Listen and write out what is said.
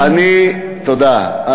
תודה.